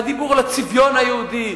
הדיבור על הצביון היהודי,